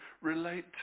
relate